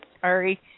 sorry